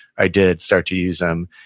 i did start to use them.